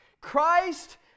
Christ